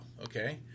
okay